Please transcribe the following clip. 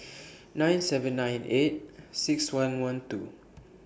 nine seven nine eight six one one two